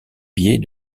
biais